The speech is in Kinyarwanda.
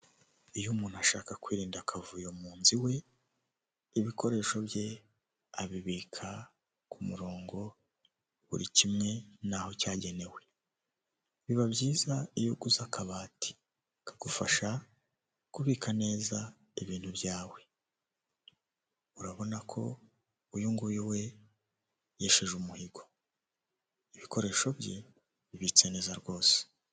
Iyo umuntu ashaka kwirinda akavuyo mu nzu iwe, ibikoresho bye abibika ku murongo buri kimwe naho cyagenewe, biba byiza iyo uguze akabati, kagufasha kubika neza ibintu byawe, urabona ko uyu nguyu we yesheje umuhigo, ibikoresho bye bibitse neza rwose.